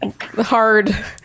hard